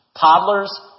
Toddlers